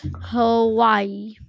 Hawaii